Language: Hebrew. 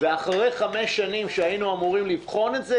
ואחרי חמש שנים שהיינו אמורים לבחון את זה,